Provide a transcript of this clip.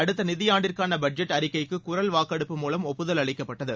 அடுத்த நிதியாண்டிற்கான பட்ஜெட் அறிக்கைக்கு குரல் வாக்கெடுப்பு மூலம் ஒப்புதல் அளிக்கப்பட்டது